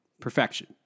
perfection